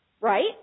right